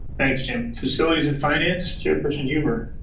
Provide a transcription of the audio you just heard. thanks jim. facilities and finance. chairperson huber.